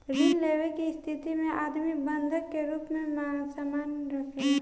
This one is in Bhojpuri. ऋण लेवे के स्थिति में आदमी बंधक के रूप में सामान राखेला